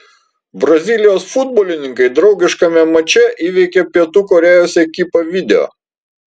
brazilijos futbolininkai draugiškame mače įveikė pietų korėjos ekipą video